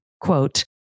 quote